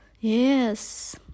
yes